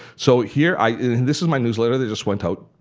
so here, i mean this is my newsletter that just went out